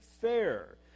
fair